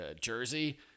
jersey